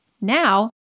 Now